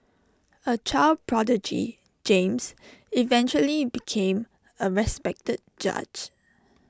A child prodigy James eventually became A respected judge